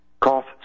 Cough